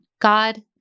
God